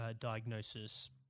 diagnosis